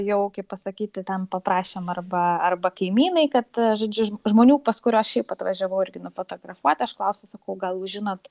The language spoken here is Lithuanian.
jau kaip pasakyti ten paprašėm arba arba kaimynai kad žodžiu žmonių pas kuriuos šiaip atvažiavau irgi nufotografuot aš klausiu sakau gal jūs žinot